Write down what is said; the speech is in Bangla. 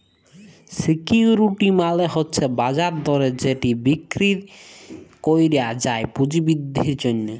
সিকিউরিটি মালে হছে বাজার দরে যেট বিক্কিরি ক্যরা যায় পুঁজি বিদ্ধির জ্যনহে